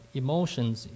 emotions